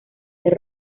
ser